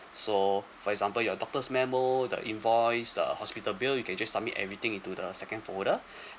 so for example your doctor's memo the invoice the hospital bill you can just submit everything into the second folder